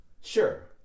Sure